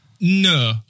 no